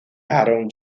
aaron